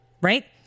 right